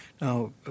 Now